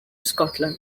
scotland